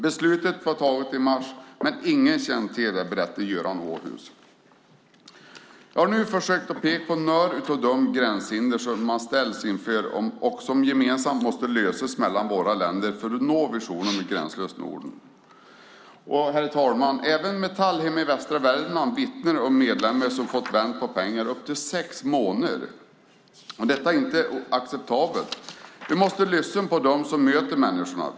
Beslutet var taget i mars, men ingen kände till det. Jag har nu försökt att peka på några av de gränshinder som man ställs inför och som gemensamt måste lösas mellan våra länder för att nå visionen om ett gränslöst Norden. Herr talman! Även Metall hemma i västra Värmland vittnar om medlemmar som har fått vänta på pengar i upp till sex månader. Detta är inte acceptabelt. Vi måste lyssna på dem som möter människorna.